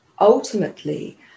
ultimately